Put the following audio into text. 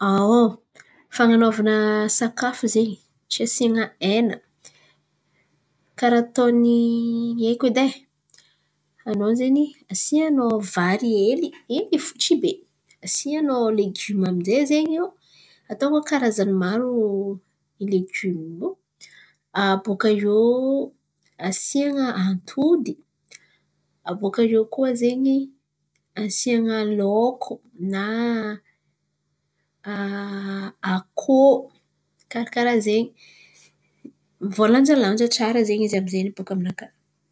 Fan̈anaovana sakafo zen̈y tsy asiana hena karà ataon̈y haiko edy ai, an̈ao zen̈y asian̈ao vary hely fo hely tsy be. Asian̈ao legioma amin'jay zen̈y eo, ataon̈ao karazan̈y maro legioma io abôkà eo asiana antody, abôkà eo koa zen̈y asiana laoko na akôho karakaran'jen̈y, voalanjalanja tsara zen̈y izy bôkà aminakà.